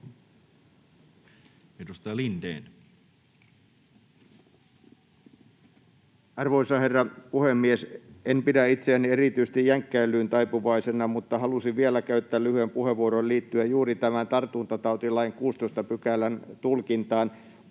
Arvoisa herra puhemies! En pidä itseäni erityisesti jänkkäilyyn taipuvaisena, mutta halusin vielä käyttää lyhyen puheenvuoron liittyen juuri tämän tartuntatautilain 16 §:n tulkintaan.